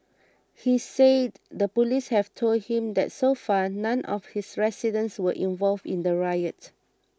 he said the police have told him that so far none of his residents were involved in the riot